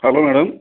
hello madam